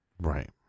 Right